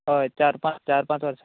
हय चार पांच चार पांच वर्साचें